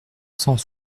cent